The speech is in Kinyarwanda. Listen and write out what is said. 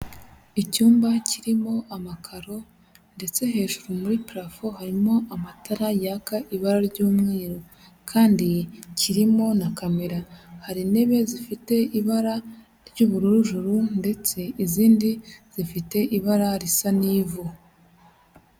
Icyumba kirimo amakaro ndetse hejuru muri parafo harimo amatara yaka ibara ry'umweru kandi kirimo na kamera. Hari intebe zifite ibara ry'ubururu juru ndetse n'izindi zifite ibara risa n'ivu.